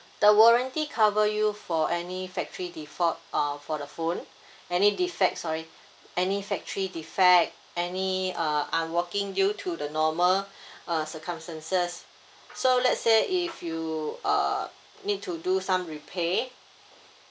the warranty cover you for any factory default uh for the phone any defect sorry any factory defect any uh unworking due to the normal uh circumstances so let's say if you uh need to do some repair